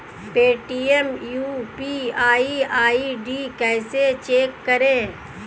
Paytm UPI ID कैसे change करें?